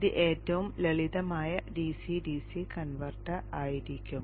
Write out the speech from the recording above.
ഇത് ഏറ്റവും ലളിതമായ DC DC കൺവെർട്ടർ ആയിരിക്കും